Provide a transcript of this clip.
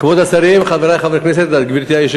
תודה, תודה רבה.